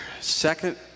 Second